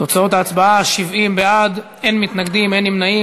תוצאות ההצבעה: 70 בעד, אין מתנגדים, אין נמנעים.